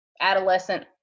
adolescent